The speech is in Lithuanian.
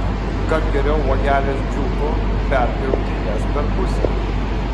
kad geriau uogelės džiūtų perpjauti jas per pusę